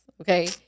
okay